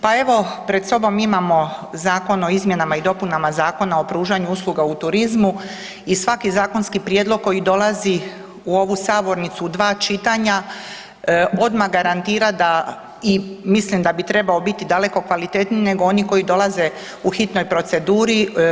Pa evo, pred sobom imamo Zakon o izmjenama i dopunama Zakona o pružanju usluga u turizmu i svaki zakonski prijedlog koji dolazi u ovu sabornicu u dva čitanja odma garantira da i mislim da bi trebao biti daleko kvalitetniji nego oni koji dolaze u hitnoj proceduri.